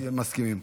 מסכימים.